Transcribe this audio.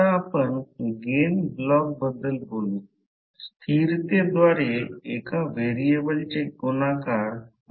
एकतर weber per ampere metre हे unit किंवा हेन्री पर मीटर हे युनिट असेल